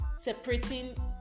Separating